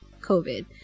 covid